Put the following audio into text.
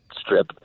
strip